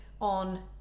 on